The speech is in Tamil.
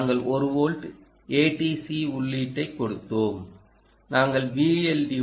நாங்கள் 1 வோல்ட் ஏடிசி உள்ளீட்டைக் கொடுத்தோம் நாங்கள் VLDO ல் 2